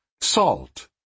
Salt